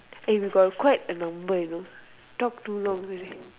eh we got quite a number you know talk too long already